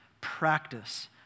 practice